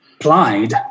applied